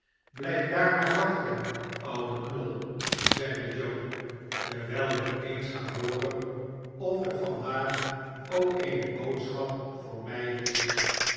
blijf daar maar wachten oude knol zeide joe iterwijlik eens ga hooren of er vandaag ook eene boodschap voor mij is